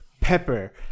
Pepper